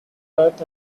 pat